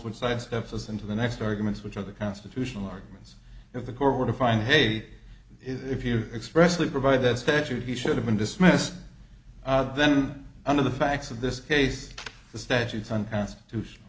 which sidesteps us into the next arguments which are the constitutional arguments if the court were to find hey if you expressly provide that statute he should have been dismissed then under the facts of this case the statutes unconstitutional